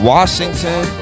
Washington